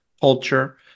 culture